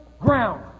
ground